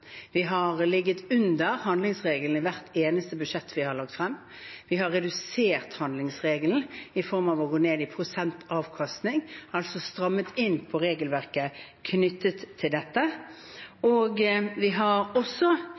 vi kom inn i regjeringskvartalene. Vi har ligget under handlingsregelen i hvert eneste budsjett vi har lagt frem. Vi har redusert handlingsregelen i form av å gå ned i prosent avkastning, altså strammet inn på regelverket knyttet til dette. Vi har også